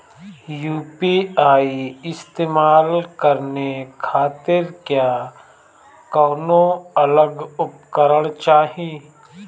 UPI इस्तेमाल करने खातिर क्या कौनो अलग उपकरण चाहीं?